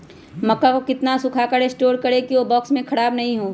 मक्का को कितना सूखा कर स्टोर करें की ओ बॉक्स में ख़राब नहीं हो?